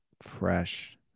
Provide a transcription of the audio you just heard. fresh